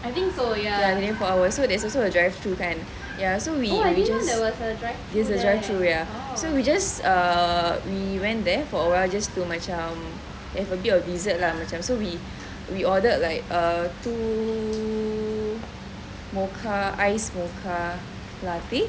twenty four hours so there's also a drive through kan ya so we we just it's a drive through ya so we just uh we went there for awhile just to macam have a bit of dessert lah macam so we we ordered like err two mocha iced mocha latte